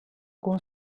con